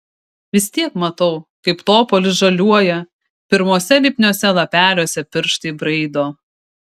vis tiek matau kaip topolis žaliuoja pirmuose lipniuose lapeliuose pirštai braido